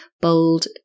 Bold